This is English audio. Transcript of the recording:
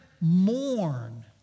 mourn